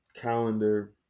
calendar